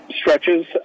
stretches